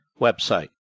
website